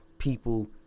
People